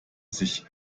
sich